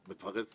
מתי שזה לא יקרה.